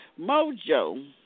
Mojo